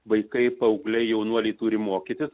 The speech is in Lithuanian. vaikai paaugliai jaunuoliai turi mokytis